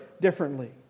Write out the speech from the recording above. differently